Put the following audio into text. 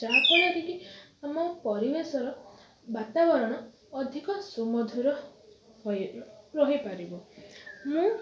ଯାହା ଫଳରେ କି ଆମ ପରିବେଶର ବାତାବରଣ ଅଧିକ ସୁମଧୁର ହୋଇ ରହିପାରିବ ମୁଁ